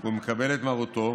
והוא מקבל את מרותו.